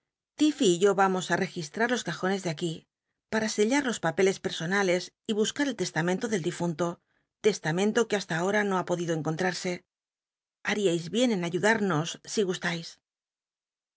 tilfey y yo vamos ü registrat los cajones de aquí para sellar los papeles per sonales y buscar el testamento del difunto teslmento que hasta ahora no ha podido encontrarse llal'iais bien en ayudarnos si gustais